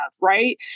right